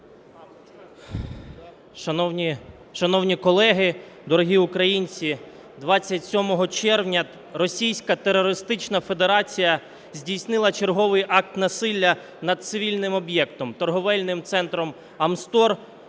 Шановні колеги, дорогі українці! 27 червня російська терористична федерація здійснила черговий акт насилля над цивільним об'єктом торговельним центром "Амстор"